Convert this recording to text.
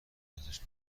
ازش